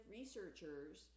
researchers